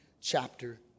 chapter